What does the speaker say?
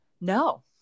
no